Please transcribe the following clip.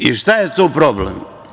I šta je tu problem?